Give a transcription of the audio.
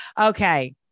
Okay